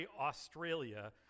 Australia